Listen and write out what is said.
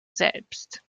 selbst